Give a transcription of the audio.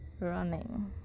running